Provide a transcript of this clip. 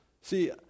See